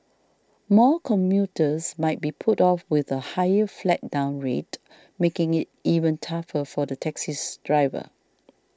more commuters might be put off with a higher flag down rate making it even tougher for the taxis drivers